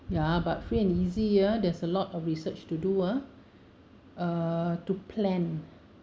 ya but free and easy ah there's a lot of research to do ah uh to plan